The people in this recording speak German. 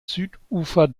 südufer